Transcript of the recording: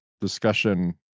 discussion